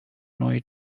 snowy